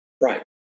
Right